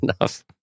enough